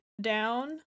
down